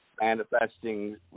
manifesting